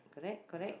correct correct